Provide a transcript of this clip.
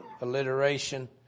alliteration